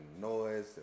noise